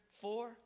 four